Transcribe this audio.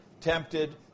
tempted